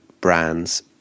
Brands